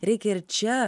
reikia ir čia